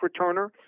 returner